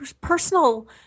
personal